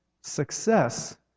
success